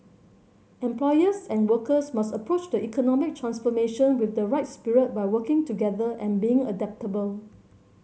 employers and workers must approach the economic transformation with the right spirit by working together and being adaptable